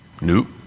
Nope